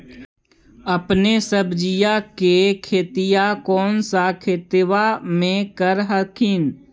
अपने सब्जिया के खेतिया कौन सा खेतबा मे कर हखिन?